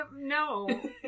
no